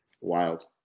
Wild